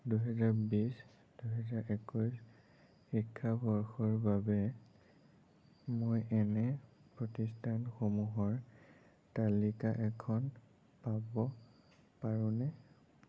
দুহেজাৰ বিছ দুহেজাৰ একৈছ শিক্ষাবৰ্ষৰ বাবে মই এনে প্ৰতিষ্ঠানসমূহৰ তালিকা এখন পাব পাৰোঁনে